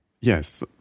yes